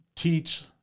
teach